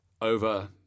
Over